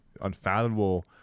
unfathomable